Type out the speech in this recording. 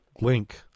link